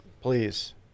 Please